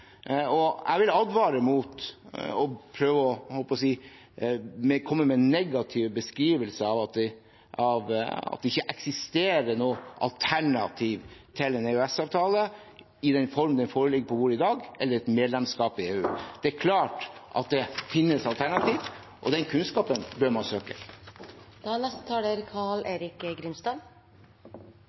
Jeg vil advare mot å komme med negative beskrivelser av at det ikke eksisterer noe alternativ til en EØS-avtale i den form den foreligger i dag, eller et medlemskap i EU. Det er klart at det finnes alternativ, og den kunnskapen bør man søke. Representanten Lysbakken mener at jeg er